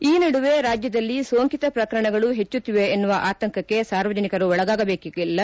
ಈ ನಡುವೆ ರಾಜ್ಯದಲ್ಲಿ ಸೋಂಕಿತ ಪ್ರಕರಣಗಳು ಹೆಚ್ಚುತ್ತಿವೆ ಎನ್ನುವ ಆತಂಕಕ್ಕೆ ಸಾರ್ವಜನಿಕರು ಒಳಗಾಗಬೇಕಾಗಿಲ್ಲ